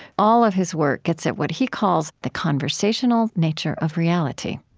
all of his work gets at what he calls the conversational nature of reality.